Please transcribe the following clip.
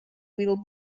will